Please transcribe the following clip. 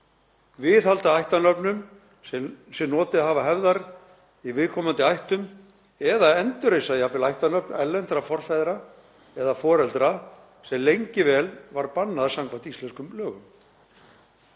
viðhalda ættarnöfnum sem notið hafa hefðar í viðkomandi ættum eða endurreisa jafnvel ættarnöfn erlendra forfeðra eða foreldra sem lengi vel var bannað samkvæmt íslenskum lögum.